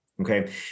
Okay